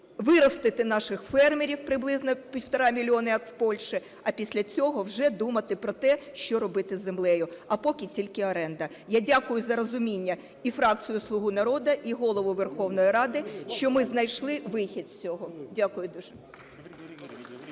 виростити наших фермерів приблизно півтора мільйона, як в Польщі, – а після цього вже думати про те, що робити з землею. А поки – тільки оренда. Я дякую за розуміння і фракції "Слуга народу", і Голові Верховної Ради, що ми знайшли вихід з цього. Дякую дуже.